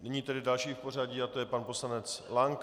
Nyní tedy další v pořadí, a to je pan poslanec Lank.